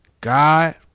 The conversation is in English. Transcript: God